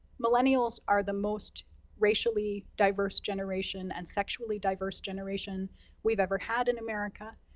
millennials are the most racially diverse generation, and sexually diverse generation we've ever had in america.